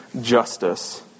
justice